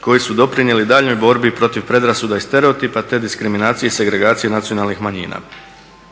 koji su doprinijeli daljnjoj borbi protiv predrasuda i stereotipa te diskriminacije i segregacije nacionalnih manjina.